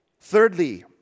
Thirdly